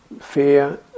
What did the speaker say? fear